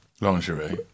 Lingerie